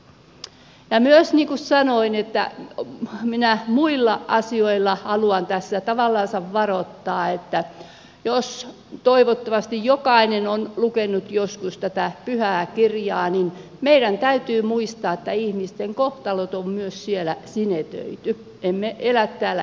ja myös niin kuin sanoin minä muilla asioilla haluan tässä tavallansa varoittaa että toivottavasti jokainen on lukenut joskus tätä pyhää kirjaa meidän täytyy muistaa että ihmisten kohtalot on myös siellä sinetöity emme elä täällä iankaikkisesti